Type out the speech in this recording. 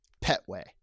Petway